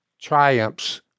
triumphs